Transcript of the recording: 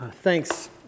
Thanks